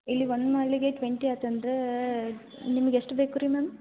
ಇಲ್ಲಿ ಒಂದ್ ಮಾಲೆಗೆ ಟ್ವೆಂಟಿ ಆತಂದರೇ ನಿಮಗೆ ಎಷ್ಟು ಬೇಕು ರೀ ಮ್ಯಾಮ್